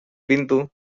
pintu